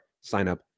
sign-up